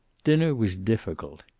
dinner was difficult.